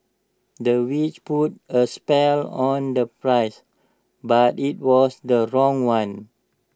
the witch put A spell on the price but IT was the wrong one